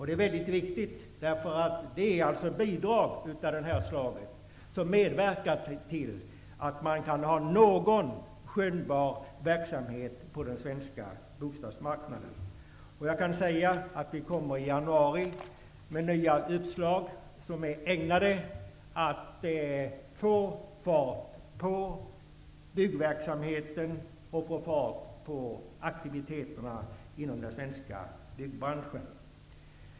Det är mycket viktigt, eftersom bidrag av detta slag medverkar till att man kan ha någon skönjbar verksamhet på den svenska bostadsmarknaden. Vi kommer i januari med nya uppslag ägnade att få fart på byggverksamheten och aktiviteten inom den svenska byggbranschen.